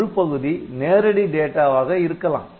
ஒரு பகுதி நேரடி டேட்டாவாக இருக்கலாம்